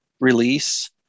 release